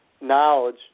knowledge